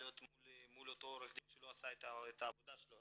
להיות מול אותו עורך הדין שלא עשה את העבודה שלו.